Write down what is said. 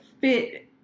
fit